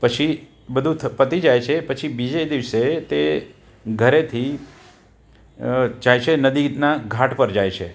પછી પછી બધું પતિ જાય છે પછી બીજે દિવસે તે ઘરેથી જાય છે નદીના ઘાટ પર જાય છે